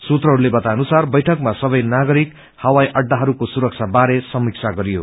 सूत्रहरूले बताए अनुसार बैठकमा सबै नागरिक हवाई अड्डाहरूकोसुरक्षा बारे समीक्षा गरियो